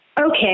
okay